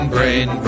Brain